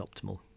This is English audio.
optimal